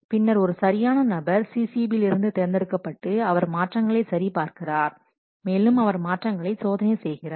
பின்னர் ஒரு சரியான நபர் CCB இலிருந்து தேர்ந்தெடுக்கப்பட்டு அவர் மாற்றங்களை சரி பார்க்கிறார் மேலும் அவர் மாற்றங்களை சோதனை செய்கிறார்